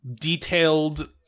detailed